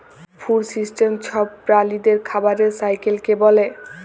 food system ছব প্রালিদের খাবারের সাইকেলকে ব্যলে